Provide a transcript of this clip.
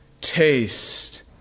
Taste